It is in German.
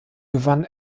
gewann